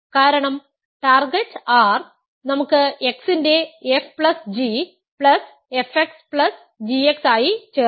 കാരണം target R നമുക്ക് x ന്റെ f g പ്ലസ് fxgx ആയി ചേർക്കാം